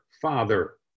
father